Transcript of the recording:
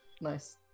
Nice